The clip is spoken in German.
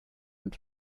und